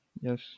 Yes